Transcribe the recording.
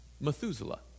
Methuselah